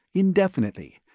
indefinitely,